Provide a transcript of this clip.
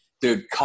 Dude